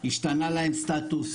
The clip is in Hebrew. השתנה להם סטטוס,